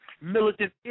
Militant